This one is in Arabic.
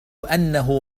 أنه